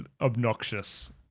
obnoxious